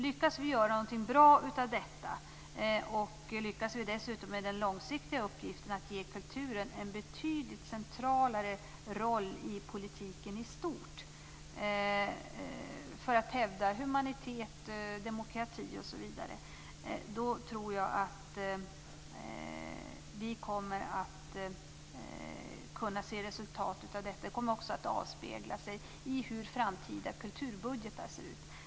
Lyckas vi göra något bra av detta, och lyckas vi dessutom med den långsiktiga uppgiften att ge kulturen en betydligt centralare roll i politiken i stort för att hävda humanitet, demokrati osv., så tror jag att vi kommer att kunna se resultat av detta. Det kommer också att avspegla sig i hur framtida kulturbudgetar ser ut.